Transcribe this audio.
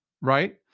right